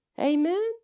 Amen